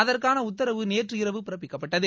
அதற்கான உத்தரவு நேற்று இரவு பிறப்பிக்கப்பட்டது